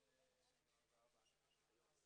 אבל ישיבה מאוד חשובה על הנהלים והאגרות